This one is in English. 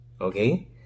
okay